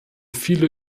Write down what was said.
viele